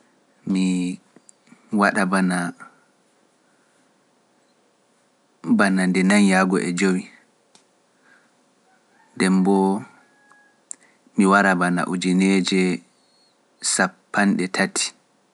Bana nde nayi yaki nde jowi(four to five) nden bo mi wara bana ujineje sappande didi(twenty)